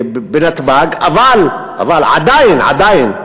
בנתב"ג, אבל עדיין, עדיין,